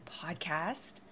Podcast